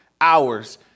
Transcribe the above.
hours